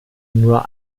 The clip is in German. nur